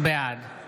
בעד חמד עמאר, אינו